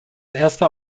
erster